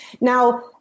Now